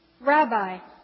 Rabbi